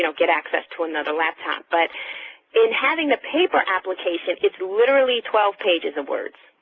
so get access to another laptop. but in having the paper application, it's literally twelve pages of words.